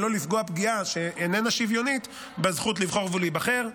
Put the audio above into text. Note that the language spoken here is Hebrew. ולא לפגוע פגיעה שאיננה שוויונית בזכות לבחור ולהיבחר.